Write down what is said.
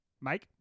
Mike